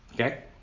Okay